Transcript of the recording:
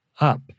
up